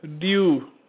due